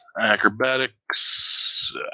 Acrobatics